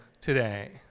today